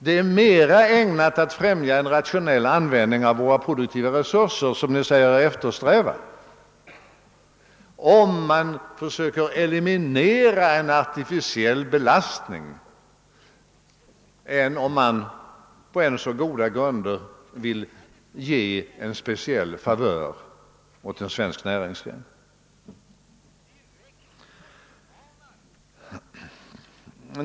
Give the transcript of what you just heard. Det är mera ägnat att främja en rationell användaing av våra produk tiva resurser som Ni säger Er eftersträva, om man försöker eliminera en artificiell belastning än om man på än så goda grunder vill ge en speciell favör åt en svensk näringsgren.